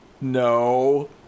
No